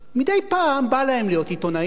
מדי פעם בא להם להיות עיתונאים,